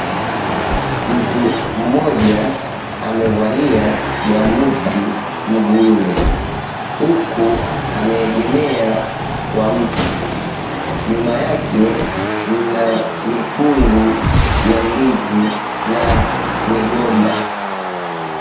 Mtu mmoja amevalia gambuti mguuni huku ameegemea kwa mti. Nyuma yake mna mikungu ya ndizi na migomba.